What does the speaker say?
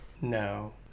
No